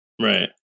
Right